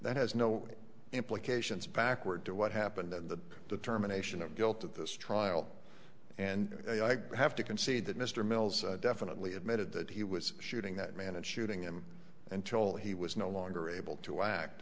that has no implications backward to what happened and the determination of guilt of this trial and i have to concede that mr mills definitely admitted that he was shooting that man and shooting him until he was no longer able to